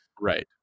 Right